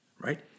right